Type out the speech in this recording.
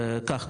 כך,